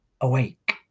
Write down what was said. Awake